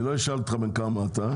אני לא אשאל אותך בן כמה אתה.